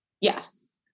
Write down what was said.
Yes